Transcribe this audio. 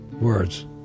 words